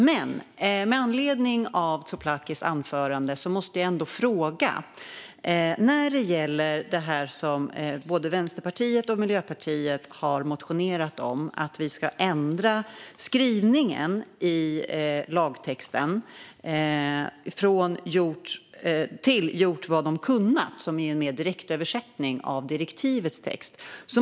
Men med anledning av Tsouplakis anförande måste jag ändå ställa en fråga när det gäller det som både Vänsterpartiet och Miljöpartiet har motionerat om, alltså att vi ska ändra skrivningen i lagtexten till "gjort vad de har kunnat", som är en mer direktöversättning av direktivets text.